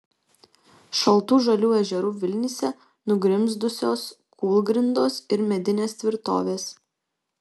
šaltų žalių ežerų vilnyse nugrimzdusios kūlgrindos ir medinės tvirtovės